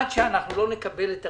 עד שלא נקבל את הרשימה.